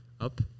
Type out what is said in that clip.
up